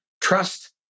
trust